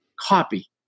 copy